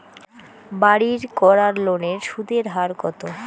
বাড়ির করার লোনের সুদের হার কত?